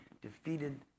defeated